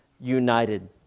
united